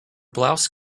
blouse